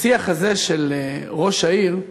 בשיח הזה של ראש העיר,